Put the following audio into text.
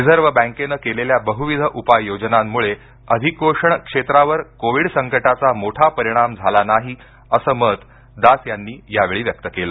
reserve बँकेनं केलेल्या बह्विध उपाययोजनांमूळे अधिकोषण क्षेत्रावर कोविड संकटाचा मोठा परिणाम झाला नाही असं मत दास यांनी यावेळी व्यक्त केलं